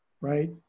right